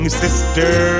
sister